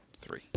three